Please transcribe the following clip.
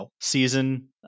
season